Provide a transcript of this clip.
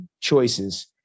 choices